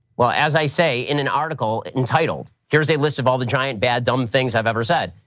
well, as i say in an article entitled, here's a list of all the giant bad dumb things i've ever said.